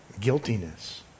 Guiltiness